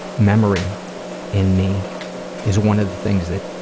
memory in me is one of the things that